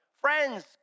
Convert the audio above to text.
Friends